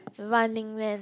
Running-Man